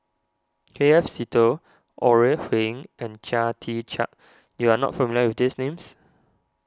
K F Seetoh Ore Huiying and Chia Tee Chiak you are not familiar with these names